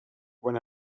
when